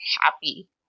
happy